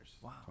Wow